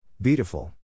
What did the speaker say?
beautiful